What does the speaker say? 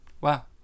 Wow